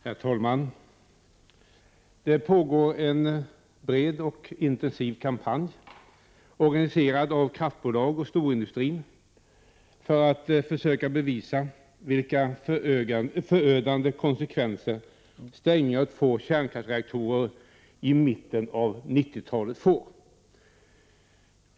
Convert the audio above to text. Herr talman! Det pågår en bred och intensiv kampanj, organiserad av kraftbolag och storindustri, för att försöka bevisa vilka förödande konsekvenser stängningen av två kärnkraftsreaktorer i mitten av 1990-talet får.